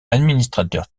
administrateur